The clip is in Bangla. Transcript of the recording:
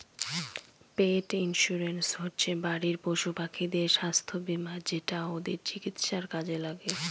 পেট ইন্সুরেন্স হচ্ছে বাড়ির পশুপাখিদের স্বাস্থ্য বীমা যেটা ওদের চিকিৎসার কাজে লাগে